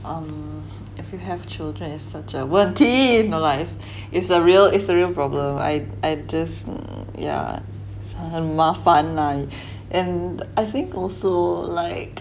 um if you have children is such a 问题 no lah it's a real it's a real problem I I just yeah 很麻烦 lah and I think also like